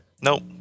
Nope